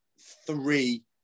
three